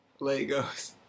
Legos